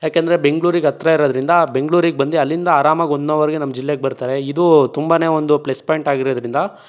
ಯಾಕೆಂದ್ರೆ ಬೆಂಗಳೂರಿಗೆ ಹತ್ರ ಇರೋದ್ರಿಂದ ಬೆಂಗಳೂರಿಗೆ ಬಂದು ಅಲ್ಲಿಂದ ಆರಾಮಾಗಿ ಒನ್ ಹವರ್ಗೆ ನಮ್ಮ ಜಿಲ್ಲೆಗೆ ಬರ್ತಾರೆ ಇದು ತುಂಬನೇ ಒಂದು ಪ್ಲೆಸ್ ಪಾಯಿಂಟ್ ಆಗಿರೋದ್ರಿಂದ